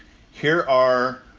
here are.